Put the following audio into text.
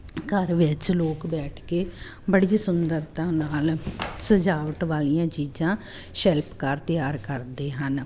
ਘਰ ਵਿੱਚ ਲੋਕ ਬੈਠ ਕੇ ਬੜੀ ਵੀ ਸੁੰਦਰਤਾ ਨਾਲ ਸਜਾਵਟ ਵਾਲੀਆਂ ਚੀਜ਼ਾਂ ਸ਼ਿਲਪਕਾਰ ਤਿਆਰ ਕਰਦੇ ਹਨ